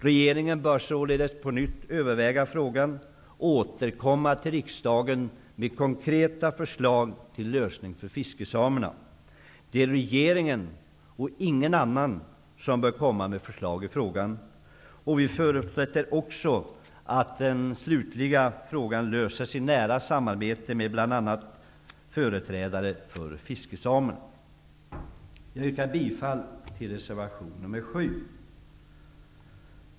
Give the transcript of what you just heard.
Regeringen bör således på nytt överväga frågan och återkomma till riksdagen med konkreta förslag till lösning för fiskesamerna. Det är regeringen och ingen annan som bör komma med förslag i frågan. Vi förutsätter att frågan slutligt löses i nära samarbete med företrädare för bl.a. fiskesamerna. Jag yrkar bifall till reservation nr 7.